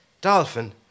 Dolphin